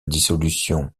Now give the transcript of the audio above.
dissolution